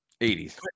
80s